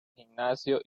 gimnasio